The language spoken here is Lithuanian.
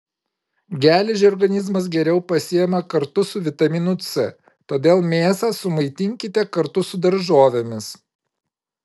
geležį organizmas geriau pasiima kartu su vitaminu c todėl mėsą sumaitinkite kartu su daržovėmis